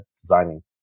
designing